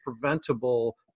preventable